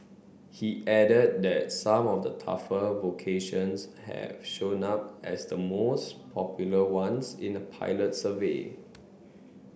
he added that some of the tougher vocations have shown up as the most popular ones in a pilot survey